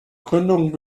gründung